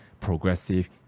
progressive